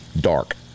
dark